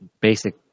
basic